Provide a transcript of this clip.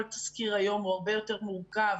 כל תסקיר היום הוא הרבה יותר מורכב